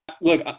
Look